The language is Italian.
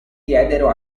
diedero